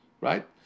Right